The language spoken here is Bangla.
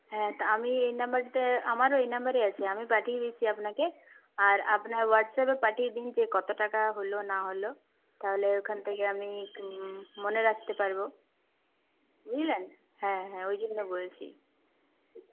হ্যাঁ তা আমি এই নাম্বারটা আমারও এই নাম্বারেই আছে আমি পাঠিয়ে দিচ্ছি আপনাকে আর আপনার হোয়াটসঅ্যাপে পাঠিয়ে দিন যে কতো টাকা হলো না হলো তাহলে ওখান থেকে আমি মনে রাখতে পারব বুঝলেন হ্যাঁ হ্যাঁ ওইজন্য বলছি